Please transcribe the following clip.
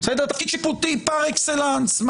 תפקיד שיפוטי פר אקסלנס,